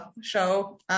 show